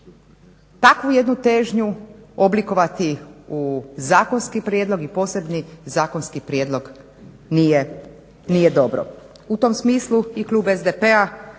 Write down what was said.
takvu jednu težnju oblikovati u zakonski prijedlog i posebni zakonski prijedlog nije dobro. U tom smislu i klub SDP-a